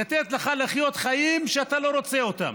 לתת לך לחיות חיים שאתה לא רוצה אותם.